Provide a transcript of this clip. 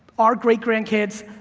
our great-great-grandkids,